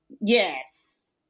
Yes